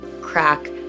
crack